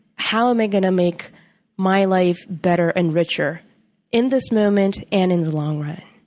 how am i going to make my life better and richer in this moment and in the long run?